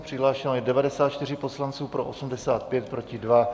Přihlášeno je 94 poslanců, pro 85, proti 2.